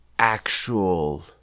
actual